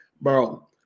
Bro